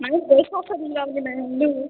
ମାନେ ପଇସା ସରିଯିବା ବୋଲି ନାହିଁ ଆଣିଲୁ